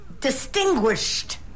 distinguished